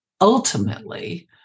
ultimately